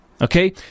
Okay